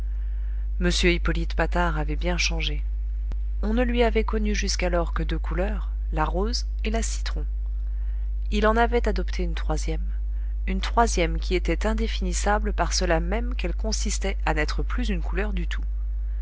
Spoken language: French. m hippolyte patard avait bien changé on ne lui avait connu jusqu'alors que deux couleurs la rose et la citron il en avait adopté une troisième une troisième qui était indéfinissable par cela même qu'elle consistait à n'être plus une couleur du tout